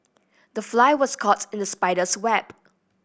the fly was caught in the spider's web